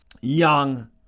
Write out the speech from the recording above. Young